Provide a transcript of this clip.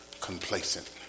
complacent